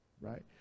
right